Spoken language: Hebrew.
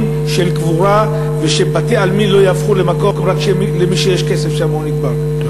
של קבורה ושבתי-עלמין לא יהפכו למקום שרק מי שיש כסף לו נקבר שם.